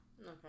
Okay